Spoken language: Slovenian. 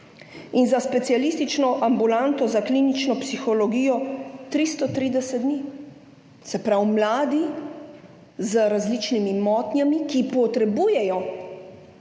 in za specialistično ambulanto za klinično psihologijo 330 dni, se pravi, da mladi z različnimi motnjami, ki potrebujejo